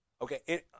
okay